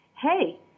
hey